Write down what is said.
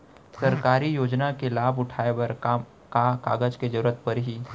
सरकारी योजना के लाभ उठाए बर का का कागज के जरूरत परही